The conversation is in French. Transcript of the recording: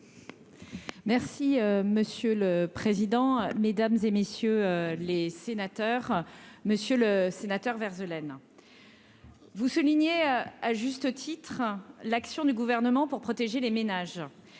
Merci monsieur le président, Mesdames et messieurs les sénateurs, Monsieur le Sénateur, Vert Eulen vous soulignez à juste titre l'action du gouvernement pour protéger les ménages